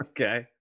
Okay